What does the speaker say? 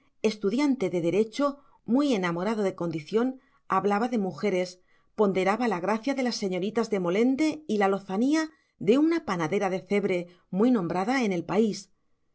estudiante de derecho muy enamorado de condición hablaba de mujeres ponderaba la gracia de las señoritas de molende y la lozanía de una panadera de cebre muy nombrada en el país los